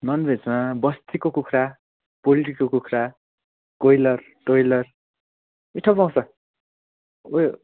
नन् भेजमा बस्तीको कुखुरा पोल्ट्रीको कुखुरा कोइलर टोइलर मिठो पाउँछ ऊ यो